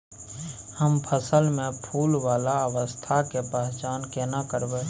हम फसल में फुल वाला अवस्था के पहचान केना करबै?